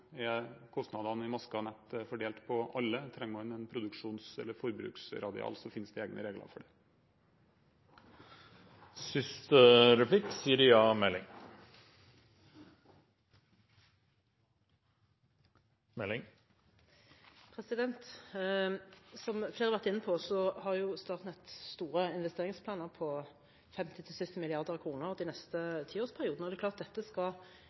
er kostnadene ved det fordelt på alle. Trenger man en produksjons- eller forbruksradial, finnes det egne regler for det. Som flere har vært inne på, har Statnett store investeringsplaner, på 50–70 mrd. kr den neste tiårsperioden, og det er klart at dette skal